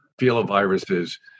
filoviruses